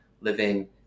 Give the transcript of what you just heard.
living